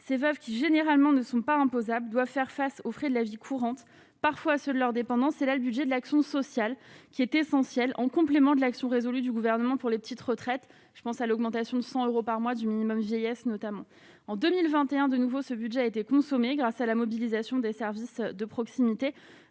ces veuves qui généralement ne sont pas imposables doit faire face aux frais de la vie courante, parfois sur leur dépendance et, là, le budget de l'action sociale qui est essentielle, en complément de l'action résolue du gouvernement pour les petites retraites, je pense à l'augmentation de 100 euros par mois du minimum vieillesse, notamment en 2021, de nouveau, ce budget a été consommée, grâce à la mobilisation des services de proximité